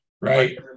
Right